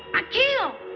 akio!